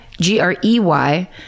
G-R-E-Y